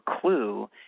clue